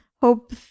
Hope